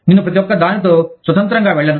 నేను ప్రతి ఒక్క దానితో స్వతంత్రంగా వెళ్ళను